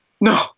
No